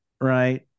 right